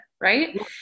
Right